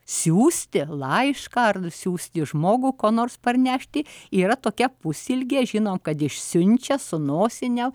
siųsti laišką nusiųsti žmogų ko nors parnešti yra tokia pusilgė žino kad išsiunčia su nosine